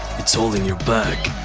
it's holding your back!